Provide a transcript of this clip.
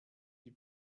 die